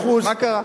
מה קרה?